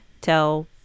tell